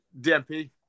DMP